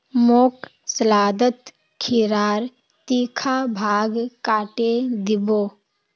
मोक सलादत खीरार तीखा भाग काटे दी बो